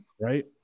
Right